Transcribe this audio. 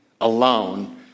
alone